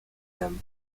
them